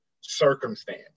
circumstance